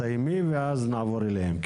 סיימי ואז נעבור אליהם.